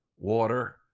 water